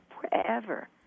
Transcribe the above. forever